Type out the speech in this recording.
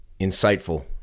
insightful